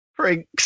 Prinks